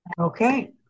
Okay